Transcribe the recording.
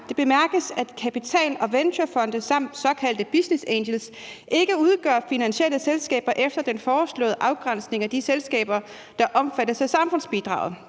Det bemærkes, at kapital- og venturefonde samt såkaldte business angels ikke udgør finansielle selskaber efter den foreslåede afgrænsning af de selskaber, der omfattes af samfundsbidraget.